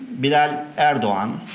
bilal erdogan,